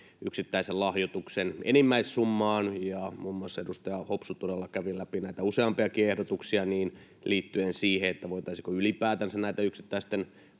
yksittäisen lahjoituksen enimmäissummaan. Muun muassa edustaja Hopsu kävi todella läpi useampiakin ehdotuksia liittyen siihen, voitaisiinko ylipäätänsä näitä yksittäisten